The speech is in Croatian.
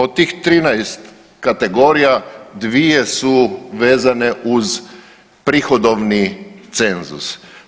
Od tih 13 kategorija 2 su vezane uz prihodovni cenzus.